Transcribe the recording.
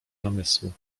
namysłu